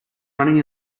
running